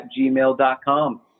gmail.com